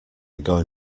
going